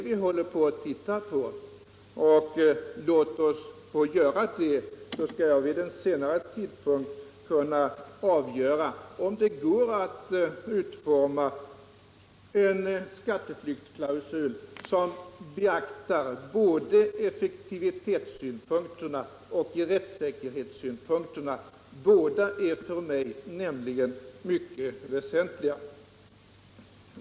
Vi håller på att titta på detta, och låt oss få göra det så skall jag vid en senare tidpunkt avgöra om det går att utforma en skatteflyktsklausul som beaktar både effektivitetsoch rättssäkerhetssynpunkterna; båda är nämligen för mig mycket väsentliga.